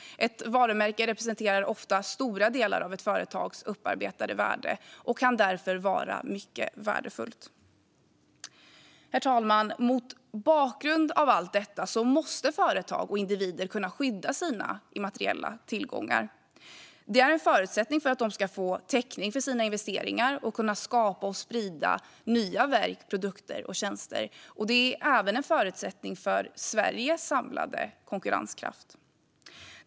Ett varumärke representerar ofta stora delar av ett företags upparbetade värde och kan därför vara mycket värdefullt. Herr talman! Mot bakgrund av allt detta måste företag och individer kunna skydda sina immateriella tillgångar. Det är en förutsättning för att de ska få täckning för sina investeringar och kunna skapa och sprida nya verk, produkter och tjänster. Det är även en förutsättning för Sveriges samlade konkurrenskraft.